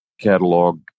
catalog